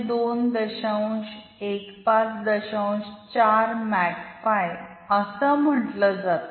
4मेक phi MAC phi असं म्हटलं जातं